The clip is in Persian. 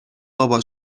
بابا